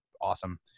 awesome